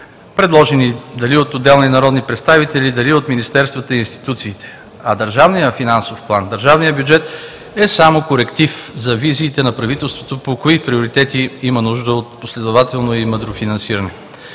предложени дали от отделни народни представители, дали от министерствата и институциите. А държавният финансов план, държавният бюджет, е само коректив за визиите на правителството по кои приоритети има нужда от последователно и мъдро финансиране.